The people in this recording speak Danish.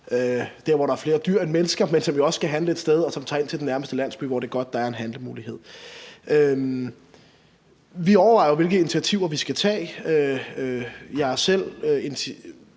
der, hvor der er flere dyr end mennesker, men som jo også skal handle et sted, og som tager ind til den nærmeste landsby, hvor det er godt, at der er mulighed for at handle. Vi overvejer jo, hvilke initiativer vi skal tage. Jeg er selv